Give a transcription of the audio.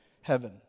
heaven